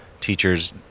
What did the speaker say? teachers